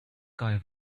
guy